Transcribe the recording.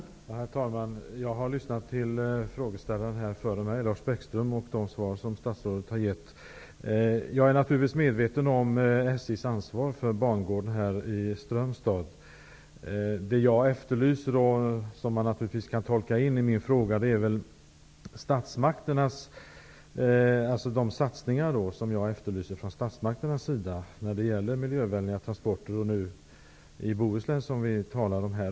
Herr talman! Jag har lyssnat till frågeställaren före mig, Lars Bäckström, och de svar som statsrådet har lämnat. Jag är naturligtvis medveten om SJ:s ansvar för bangården i Strömstad. De satsningar som jag efterlyser från statsmakternas sida, och som man kan tolka in i min fråga, gäller miljövänliga transporter i Bohuslän.